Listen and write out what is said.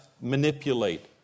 manipulate